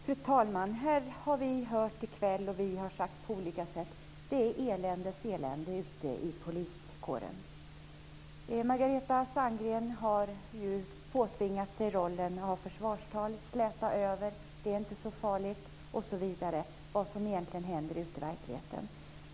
Fru talman! Här har vi hört i kväll, och vi har sagt det på olika sätt, att det är eländes elände ute i poliskåren. Margareta Sandgren har påtvingats rollen att i försvarstal släta över och säga att det inte är så farligt osv. om vad som egentligen händer ute i verkligheten.